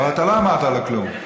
אבל אתה לא אמרת לו כלום.